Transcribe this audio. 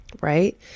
right